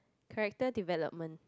character development